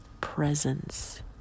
presence